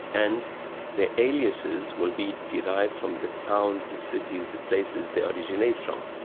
and their aliases will be derived from the towns, the cities, the places they originate from.